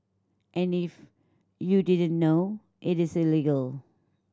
and if you didn't know it is illegal